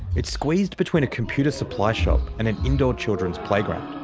it's squeezed between a computer supply shop and an indoor children's playground.